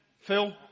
Phil